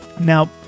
Now